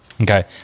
Okay